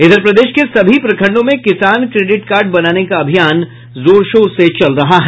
इधर प्रदेश के सभी प्रखंडों में किसान क्रेडिट कार्ड बनाने का अभियान जोर शोर से चल रहा है